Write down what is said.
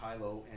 Kylo